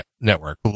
network